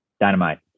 Dynamite